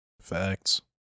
facts